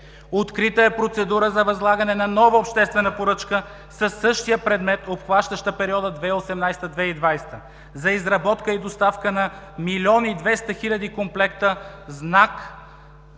Открита е процедура за възлагане на нова обществена поръчка със същия предмет, обхващаща периода 2018 – 2020 г. за изработка и доставка на милион и двеста